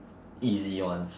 easy ones